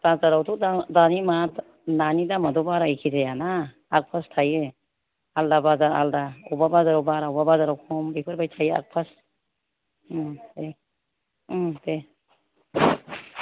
बाजारावथ' दा दानि नानि दामाथ' बारा एखे जायाना आग फास थायो आलादा बाजार आलादा बबेबा बाजाराव बारा बबेबा बाजाराव खम बेफोरबायदि थायो आग फास दे दे